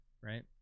right